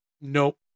Nope